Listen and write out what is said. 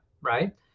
right